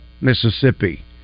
Mississippi